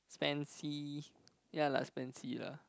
spancy yeah lah spancy lah